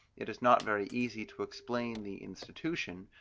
it is not very easy to explain the institution,